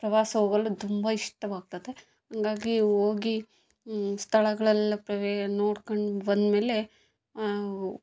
ಪ್ರವಾಸ ಹೋಗಲು ತುಂಬ ಇಷ್ಟವಾಗ್ತದೆ ಹಂಗಾಗಿ ಹೋಗಿ ಸ್ಥಳಗಳೆಲ್ಲ ಪ್ರವೇ ನೋಡ್ಕಂಡು ಬಂದ ಮೇಲೆ